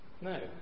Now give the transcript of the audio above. No